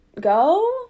go